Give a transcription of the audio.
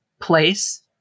place